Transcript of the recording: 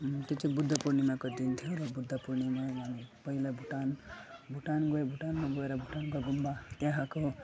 त्यो चाहिँ बुद्ध पूर्णिमाको दिन थियो र बुद्ध पूर्णिमामा पहिला भुटान भुटान गयो भुटानमा गएर भुटानको गुम्बा त्यहाँको